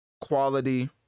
quality